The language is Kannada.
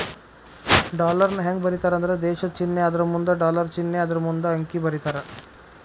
ಡಾಲರ್ನ ಹೆಂಗ ಬರೇತಾರಂದ್ರ ದೇಶದ್ ಚಿನ್ನೆ ಅದರಮುಂದ ಡಾಲರ್ ಚಿನ್ನೆ ಅದರಮುಂದ ಅಂಕಿ ಬರೇತಾರ